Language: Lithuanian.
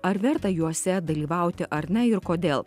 ar verta juose dalyvauti ar ne ir kodėl